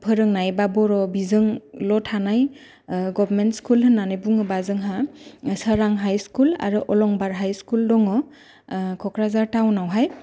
फोरोंनाय बा बर' बिजोंल' थानाय गभमेन्ट स्कुल होननानै बुङोब्ला जोंहा सोरां हाइस स्कुल आरो अलंबार हाइस स्कुल दङ क'क्राझार थाउनावहाय